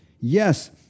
Yes